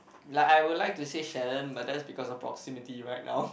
like I would like to say Sharon but that's because of proximity right now